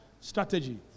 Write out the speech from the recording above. strategy